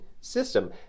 system